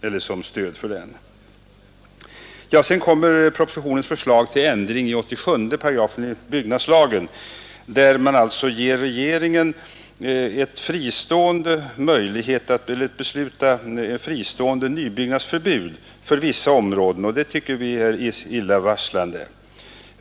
Enligt propositionens förslag till ändring av 87 § byggnadslagen skall regeringen ges möjlighet att besluta fristående om nybyggnadsförbud för vissa områden. Det tycker vi är illavarslande.